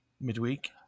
midweek